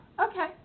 okay